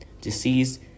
disease